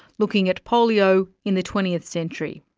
looking at polio in the twentieth century.